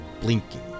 blinking